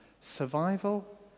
Survival